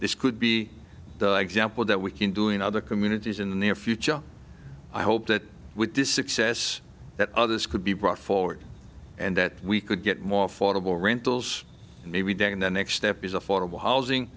this could be the example that we can do in other communities in the near future i hope that with this success that others could be brought forward and that we could get more affordable rentals and maybe doing the next step is affordable housing